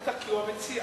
בטח, כי הוא המציע.